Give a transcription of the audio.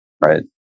right